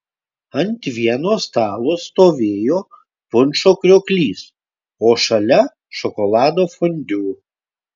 ant vieno stalo stovėjo punšo krioklys o šalia šokolado fondiu